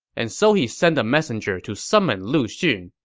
and so he sent a messenger to summon lu xun